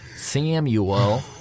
Samuel